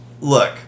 Look